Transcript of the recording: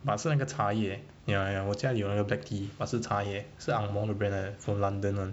but 是那个茶叶 ya ya 我家里有那个 black tea but 是茶叶是 ang moh 的 brand 来的 from london [one]